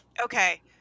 Okay